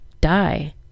die